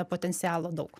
potencialo daug